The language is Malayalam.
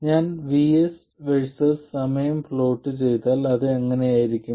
ഞാൻ VS VS സമയം പ്ലോട്ട് ചെയ്താൽ അത് അങ്ങനെയായിരിക്കും